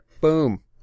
Boom